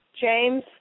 James